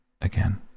Again